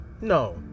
no